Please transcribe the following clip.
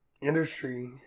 industry